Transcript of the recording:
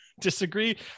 disagree